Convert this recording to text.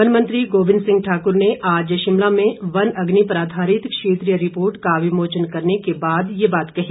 one मंत्री गोबिंद सिंह ठाकुर ने आज शिमला में वन अग्नि पर आधारित क्षेत्रीय रिपोर्ट का विमोचन करने के बाद ये बात कही